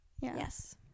yes